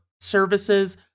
services